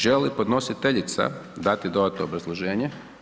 Želi li podnositeljica dati dodatno obrazloženje?